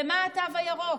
למה התו הירוק?